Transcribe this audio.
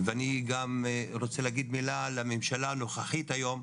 ואני גם רוצה להגיד מילה על הממשלה הנוכחית היום,